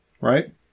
right